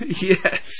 Yes